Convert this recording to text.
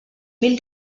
mil